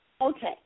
Okay